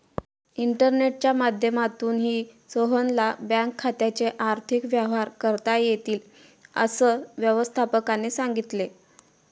इंटरनेटच्या माध्यमातूनही सोहनला बँक खात्याचे आर्थिक व्यवहार करता येतील, असं व्यवस्थापकाने सांगितले